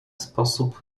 sposób